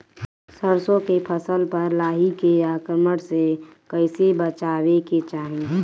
सरसो के फसल पर लाही के आक्रमण से कईसे बचावे के चाही?